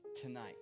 tonight